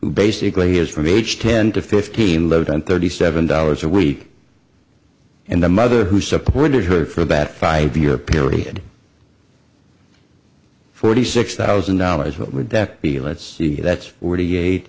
basically has from age ten to fifteen lived on thirty seven dollars a week and a mother who supported her for a bad five year period forty six thousand dollars what would that be let's see that's forty eight